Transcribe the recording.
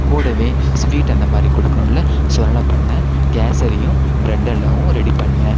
கூடவே ஸ்வீட் அந்த மாரி கொடுக்கணும்ல ஸோ அல்வா பண்ணேன் கேசரியும் ப்ரெட் அல்வாவும் ரெடி பண்ணேன்